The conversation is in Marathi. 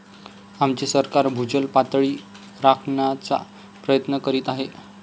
आमचे सरकार भूजल पातळी राखण्याचा प्रयत्न करीत आहे